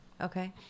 Okay